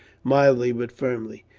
mildly, but firmly.